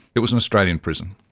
it was an australian prison.